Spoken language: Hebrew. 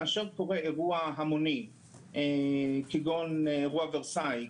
כאשר קורה אירוע המוני כגון אירוע ורסאי,